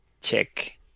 check